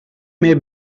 may